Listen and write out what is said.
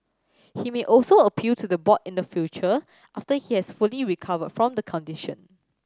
he may also appeal to the board in the future after he has fully recovered from the condition